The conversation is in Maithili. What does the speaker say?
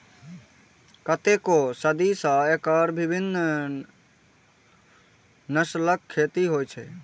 कतेको सदी सं एकर विभिन्न नस्लक खेती होइ छै